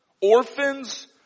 orphans